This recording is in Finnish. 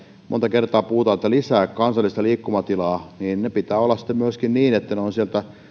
monta kertaa puhutaan että lisää kansallista liikkumatilaa niin täytyy aina muistaa että pitää olla sitten myöskin niin että ne ovat siellä